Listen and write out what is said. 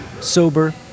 sober